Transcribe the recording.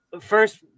first